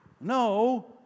No